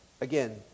again